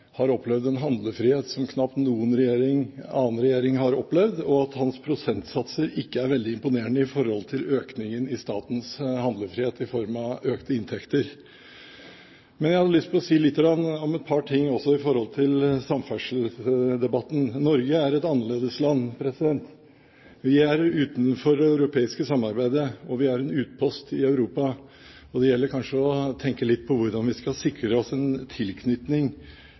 har opplevd en handlefrihet som knapt noen annen regjering har opplevd, og at hans prosentsatser ikke er veldig imponerende i forhold til økningene i statens handlefrihet i form av økte inntekter. Men jeg hadde lyst til å si lite grann om et par ting også i samferdselsdebatten. Norge er et annerledesland. Vi er utenfor det europeiske samarbeidet, og vi er en utpost i Europa. Det gjelder kanskje å tenke litt på hvordan vi skal sikre oss en tilknytning